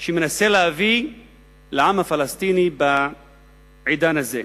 שהוא מנסה להביא לעם הפלסטיני בעידן הזה.